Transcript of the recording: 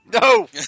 No